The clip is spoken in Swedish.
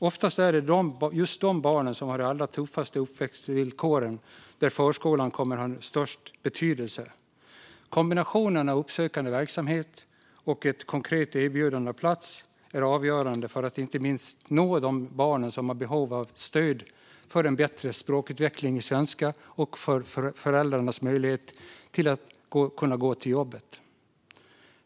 Oftast är det för dessa barn, som har de allra tuffaste uppväxtvillkoren, som förskolan kommer att ha störst betydelse. Kombinationen av en uppsökande verksamhet och ett konkret erbjudande om plats är avgörande för att nå de barn som är i behov av stöd för en bättre språkutveckling i svenska och för föräldrarnas möjlighet att gå till jobbet.